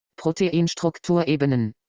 Proteinstrukturebenen